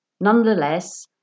Nonetheless